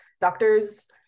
Doctors